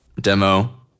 demo